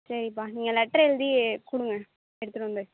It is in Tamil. சரிப்பா நீங்கள் லெட்ரு எழுதி கொடுங்க எடுத்துட்டு வந்து